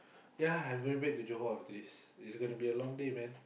ya I going back to Johor today's it's gonna be a long day man